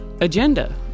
agenda